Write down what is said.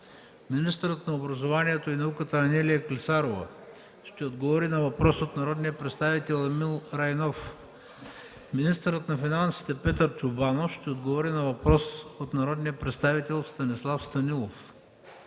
Министърът на образованието и науката Анелия Клисарова ще отговори на въпрос от народния представител Емил Райнов. Министърът на финансите Петър Чобанов ще отговори на въпрос от народния представител Станислав Станилов.